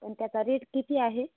पण त्याचा रेट किती आहे